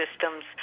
systems